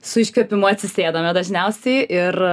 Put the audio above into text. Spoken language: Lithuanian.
su iškvėpimu atsisėdame dažniausiai ir